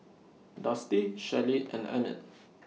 Dusty Shelly and Emmit